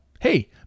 hey